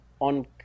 on